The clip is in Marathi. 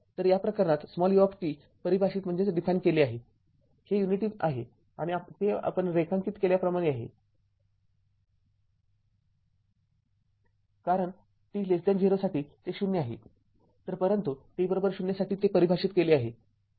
तर या प्रकरणात u परिभाषित केले आहे हे युनिटी आहे आणि हे आपण रेखांकित केल्याप्रमाणे आहे कारण t0 साठी ते ० आहे तर परंतु t ० साठी ते परिभाषित केले आहे